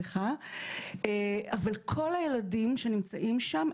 כל הילדים שנמצאים שם,